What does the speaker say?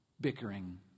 bickering